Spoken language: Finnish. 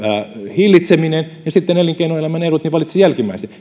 hillitseminen ja elinkeinoelämän edut valitsitte jälkimmäisen